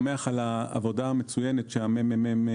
אני שמח על העבודה המצוינת שעשה ה-ממ"מ,